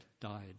died